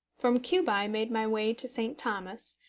from cuba i made my way to st. thomas,